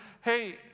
hey